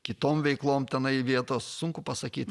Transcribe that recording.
kitom veiklom tenai vietos sunku pasakyti